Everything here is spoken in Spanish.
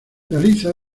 realiza